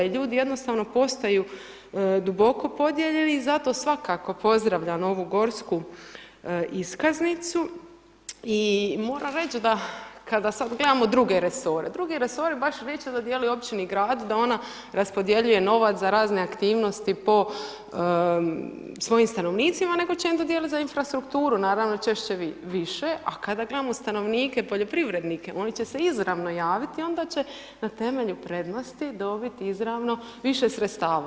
Ljudi jednostavno postaju duboko podijeljeni i zato svakako pozdravljam ovu gorsku iskaznicu i moram reći da kada sam gledamo druge resore, drugi resore baš neće dodijeliti općini i gradu da ona raspodjeljuje novac za razne aktivnosti po svojim stanovnicima nego će im dodijeliti za infrastrukturu, naravno češće više a kada gledamo stanovnike poljoprivrednike, oni će se izravno javiti i onda će na temelju prednosti dobiti izravno više sredstava.